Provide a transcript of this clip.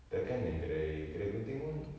tak kan yang kedai-kedai gunting pun